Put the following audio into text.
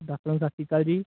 ਸਤਿ ਸ਼੍ਰੀ ਅਕਾਲ ਜੀ